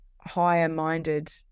higher-minded